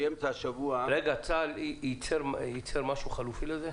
צה"ל ייצר משהו חלופי לזה?